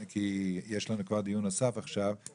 כבר יש לנו דיון נוסף לקיים עכשיו,